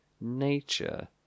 nature